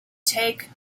take